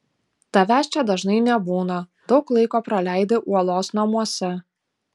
tavęs čia dažnai nebūna daug laiko praleidi uolos namuose